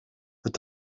het